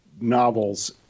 novels